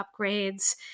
upgrades